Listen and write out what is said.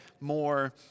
more